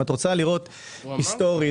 היסטורית,